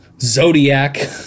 zodiac